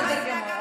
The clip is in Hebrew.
בסדר גמור.